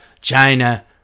China